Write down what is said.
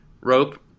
rope